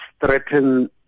threaten